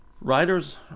Writers